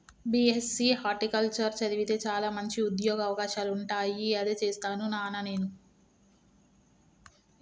BSc horticulture చదివితే చాల మంచి ఉంద్యోగ అవకాశాలుంటాయి అదే చేస్తాను నానా నేను